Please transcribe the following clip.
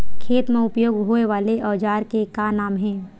खेत मा उपयोग होए वाले औजार के का नाम हे?